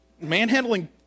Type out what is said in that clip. manhandling